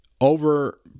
over